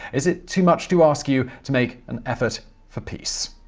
is it too much to ask you to make and effort for peace?